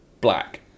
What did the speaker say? black